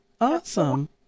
awesome